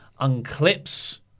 unclips